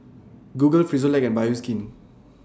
Google Frisolac and Bioskin